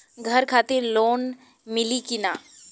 घर खातिर लोन मिली कि ना?